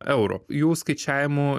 eurų jų skaičiavimų